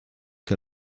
que